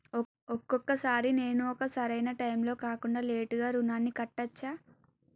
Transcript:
ఒక్కొక సారి నేను ఒక సరైనా టైంలో కాకుండా లేటుగా రుణాన్ని కట్టచ్చా?